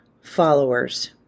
followers